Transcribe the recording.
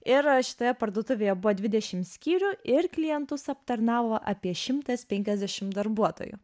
ir šitoje parduotuvėje buvo dvidešimt skyrių ir klientus aptarnavo apie šimtas penkiasdešimt darbuotojų